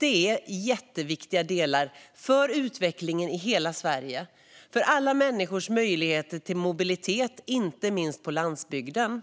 är jätteviktiga för utvecklingen i hela Sverige och för alla människors möjlighet till mobilitet, inte minst på landsbygden.